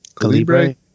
Calibre